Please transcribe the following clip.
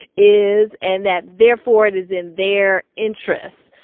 is and that therefore it is in their interests.